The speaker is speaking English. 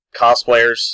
cosplayers